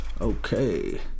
Okay